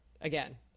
again